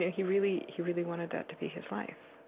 yeah he really he really wanted that to be his life.